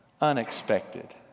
unexpected